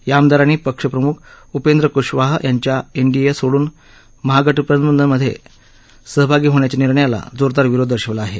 या आमदारांनी पक्ष प्रमुख उपेंद्र कुशवाह यांच्या एनडीए सोडून महागठबंधनमधे सहभागी होण्याच्या निर्णयाला जोरदार विरोध दर्शवला होता